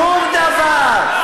שום דבר.